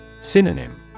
Synonym